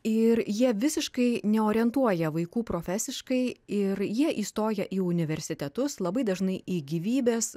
ir jie visiškai neorientuoja vaikų profesiškai ir jie įstoja į universitetus labai dažnai į gyvybės